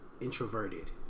Introverted